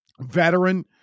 veteran